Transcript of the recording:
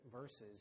verses